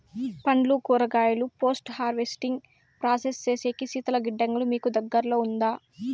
పండ్లు కూరగాయలు post harvesting process సేసేకి శీతల గిడ్డంగులు మీకు దగ్గర్లో ఉందా?